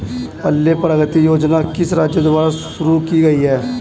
पल्ले प्रगति योजना किस राज्य द्वारा शुरू की गई है?